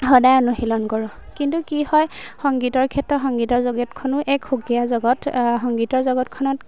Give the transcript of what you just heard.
সদায় অনুশীলন কৰোঁ কিন্তু কি হয় সংগীতৰ ক্ষেত্ৰত সংগীতৰ জগতখনো এক সুকীয়া জগত সংগীতৰ জগতখনত